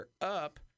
up